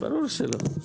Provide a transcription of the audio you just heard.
ברור שלא.